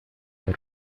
que